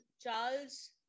Charles